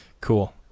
Cool